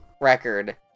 record